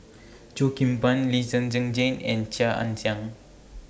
Cheo Kim Ban Lee Zhen Zhen Jane and Chia Ann Siang